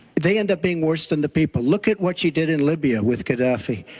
they end up being worse than the people. look at what she did in libya with gaddafi.